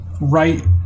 right